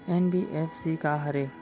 NBFC का हरे?